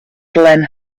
glen